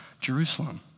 Jerusalem